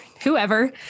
whoever